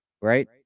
right